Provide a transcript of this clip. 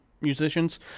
musicians